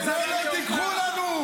את זה לא תיקחו לנו.